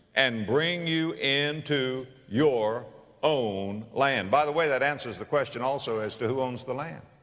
and bring you into your own land. by the way, that answers the question also as to who owns the land.